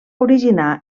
originar